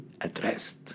addressed